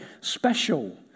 special